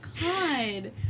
God